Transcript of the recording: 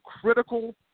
critical